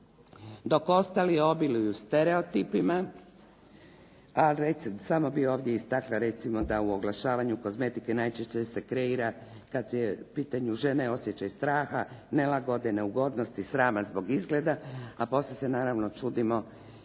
dok ostali obiluju stereotipima. A samo bih ovdje istakla recimo da u oglašavanju kozmetike najčešće se kreira kad su u pitanju žene osjećaj straha, nelagode, neugodnosti, srama zbog izgleda a poslije se naravno čudimo i